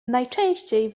najczęściej